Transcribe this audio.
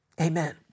Amen